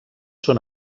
són